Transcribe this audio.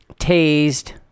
tased